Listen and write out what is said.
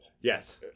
Yes